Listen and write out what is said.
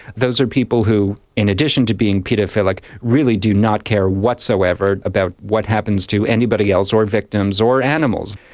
those are people who, in addition to being paedophilic, really do not care whatsoever about what happens to anybody else, or victims, or animals.